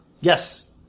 Yes